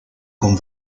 con